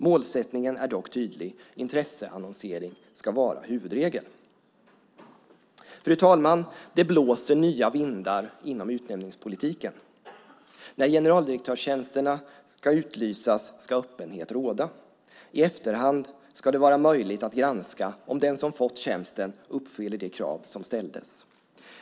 Målsättningen är dock tydlig: Intresseannonsering ska vara huvudregeln. Fru talman! Det blåser nya vindar inom utnämningspolitiken. När generaldirektörstjänsterna ska utlysas ska öppenhet råda. I efterhand ska det vara möjligt att granska om den som har fått tjänsten uppfyller de krav som ställdes.